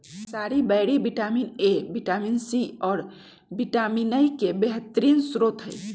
असाई बैरी vitamin A, vitamin C, और vitamin E के बेहतरीन स्त्रोत हई